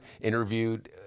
interviewed